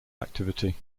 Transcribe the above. activity